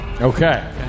Okay